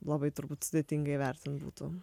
labai turbūt sudėtinga įvertint būtų